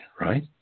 right